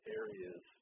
areas